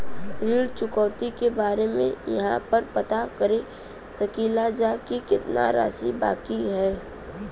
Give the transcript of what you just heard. ऋण चुकौती के बारे इहाँ पर पता कर सकीला जा कि कितना राशि बाकी हैं?